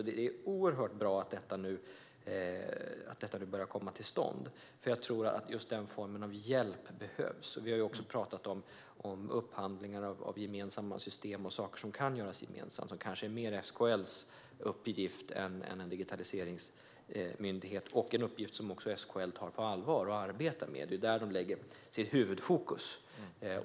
Det är oerhört bra att detta nu börjar komma till stånd, för jag tror att just den formen av hjälp behövs. Vi har också talat om upphandlingar av gemensamma system och saker som kan göras gemensamt. Det kanske mer är SKL:s uppgift än en digitaliseringsmyndighets. Det är också en uppgift som SKL tar på allvar och arbetar med. Det är där de lägger sitt huvudfokus.